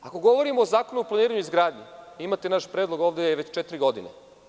Ako govorimo o Zakonu o planiranju i izgradnji, imate naš predlog, ovde je već četiri godine.